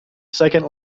second